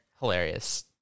Hilarious